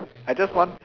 I just want